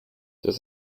das